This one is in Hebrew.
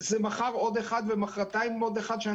מחר עוד גן ומחרתיים עוד גן,